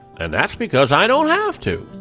and that's because i don't have to.